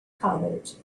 college